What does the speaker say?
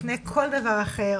לפני כל דבר אחר,